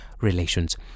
relations